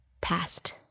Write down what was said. Past